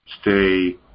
stay